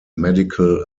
medical